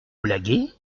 blaguez